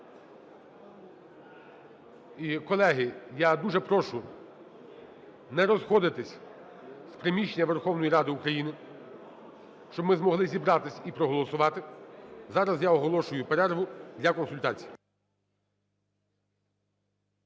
колеги, я дуже прошу не розходитися з приміщення Верховної Ради України, щоб ми змогли зібратися і проголосувати. Зараз я оголошую перерву для консультацій.